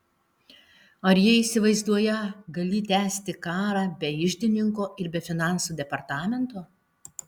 ar jie įsivaizduoją galį tęsti karą be iždininko ir be finansų departamento